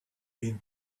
been